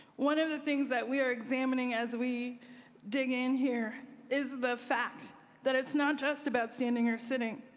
one of the things that we are examining as we dig in here is the fact that it's not just about standing or sitting.